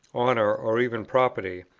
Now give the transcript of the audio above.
honour, or even property,